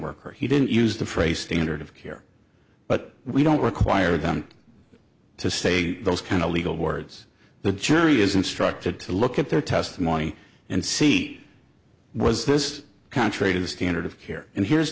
worker he didn't use the phrase standard of care but we don't require them to say those kind of legal words the jury is instructed to look at their testimony and see was this contrary to the standard of care and here's